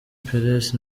peres